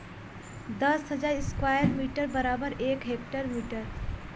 दस हजार square metre बराबर एक हेक्टेयर होला